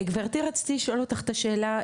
גברתי רציתי לשאול אותך את השאלה,